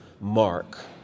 mark